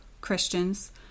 Christians